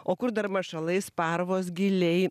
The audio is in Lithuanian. o kur dar mašalai sparvos gyliai